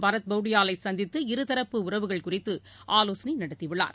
பரத் பவுடியாலை சந்தித்து இருதரப்பு உறவுகள் குறித்து ஆலோசனை நடத்தியுள்ளார்